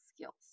skills